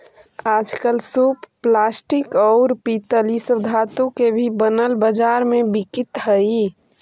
आजकल सूप प्लास्टिक, औउर पीतल इ सब धातु के भी बनल बाजार में बिकित हई